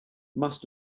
must